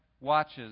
watches